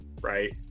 right